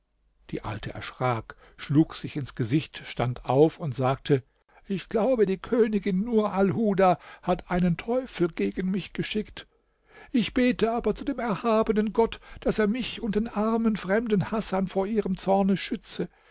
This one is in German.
die alte erschrak schlug sich ins gesicht stand auf und sagte ich glaube die königin nur alhuda hat einen teufel gegen mich geschickt ich bete aber zu dem erhabenen gott daß er mich und den armen fremden hasan vor ihrem zorne schütze